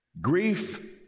Grief